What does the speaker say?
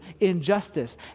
injustice